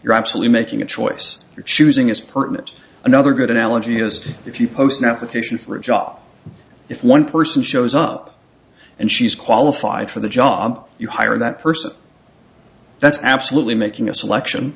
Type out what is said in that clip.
you're absolutely making a choice you're choosing is permanent another good analogy is if you post navigation for a job if one person shows up and she's qualified for the job you hire that person that's absolutely making a selection